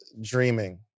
dreaming